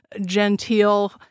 genteel